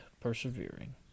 persevering